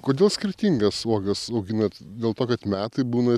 kodėl skirtingas uogas auginat dėl to kad metai būna